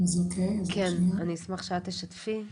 כן אני אשמח שאת תשתפי.